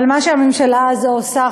אבל מה שהממשלה הזאת עושה,